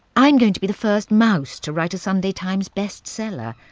i'm going to be the first mouse to write a sunday times best seller.